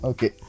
Okay